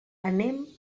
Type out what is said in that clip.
anem